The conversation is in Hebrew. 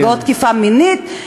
נפגעות תקיפה מינית,